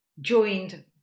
joined